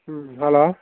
ꯎꯝ hello